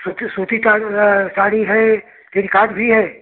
क्योंकि सूती साड़ी है भी है